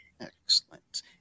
Excellent